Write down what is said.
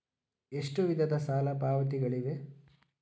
ಎಷ್ಟು ವಿಧದ ಸಾಲ ಪಾವತಿಗಳಿವೆ?